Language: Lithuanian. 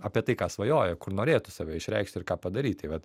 apie tai ką svajoja kur norėtų save išreikšti ir ką padaryt tai vat